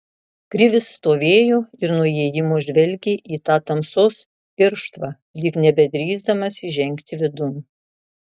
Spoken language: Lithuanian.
krivis stovėjo ir nuo įėjimo žvelgė į tą tamsos irštvą lyg nebedrįsdamas įžengti vidun